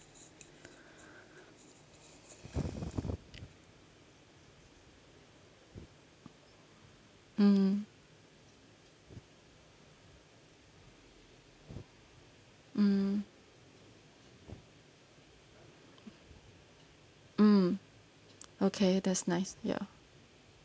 mm mm mm okay that's nice ya